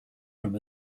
from